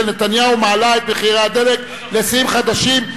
נתניהו מעלה את מחירי הדלק לשיאים חדשים.